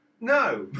No